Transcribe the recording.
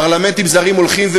פרלמנטים זרים הולכים,